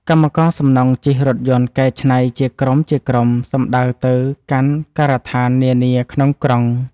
កម្មករសំណង់ជិះរថយន្តកែច្នៃជាក្រុមៗសំដៅទៅកាន់ការដ្ឋាននានាក្នុងក្រុង។